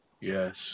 Yes